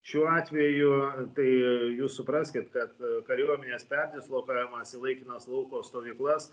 šiuo atveju tai jūs supraskit kad kariuomenės perdislokavimas į laikinas lauko stovyklas